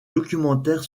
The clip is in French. documentaire